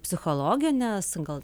psichologinės gal